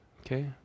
Okay